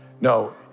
No